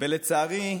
ולצערי,